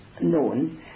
known